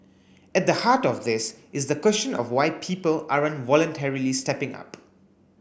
at the heart of this is the question of why people aren't voluntarily stepping up